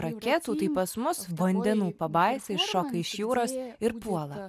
raketų tai pas mus vandenų pabaisa iššoka iš jūros ir puola